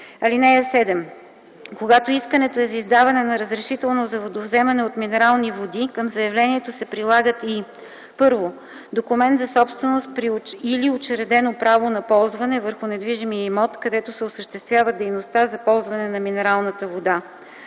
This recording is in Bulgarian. ал. 2. (7) Когато искането е за издаване на разрешително за водовземане от минерални води, към заявлението се прилагат и: 1. документ за собственост или учредено право на ползване върху недвижимия имот, където се осъществява дейността за ползване на минералната вода;